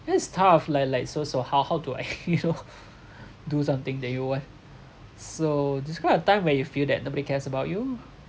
it's tough like like so so how how do I you know do something that you want so describe a time where you feel that nobody cares about you